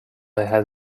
dejas